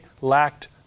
lacked